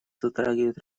затрагивает